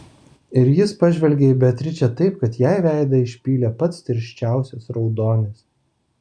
ir jis pažvelgė į beatričę taip kad jai veidą išpylė pats tirščiausias raudonis